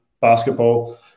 basketball